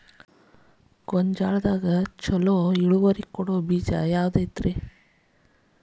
ಗೊಂಜಾಳದಾಗ ಛಲೋ ಇಳುವರಿ ಕೊಡೊ ಬೇಜ ಯಾವ್ದ್ ಐತಿ?